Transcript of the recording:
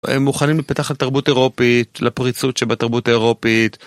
הם מוכנים להפתח לתרבות אירופית, לפריצות שבתרבות האירופית.